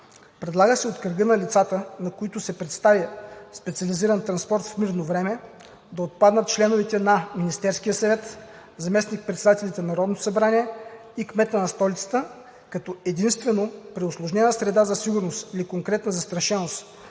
Предлага се от кръга на лицата, на които се предоставя специализиран транспорт в мирно време, да отпаднат членовете на Министерския съвет, заместник-председателите на Народното събрание и кмета на столицата, като единствено при усложнена среда за сигурност или конкретна застрашеност